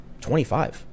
25